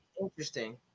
Interesting